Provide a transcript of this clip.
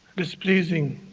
displeasing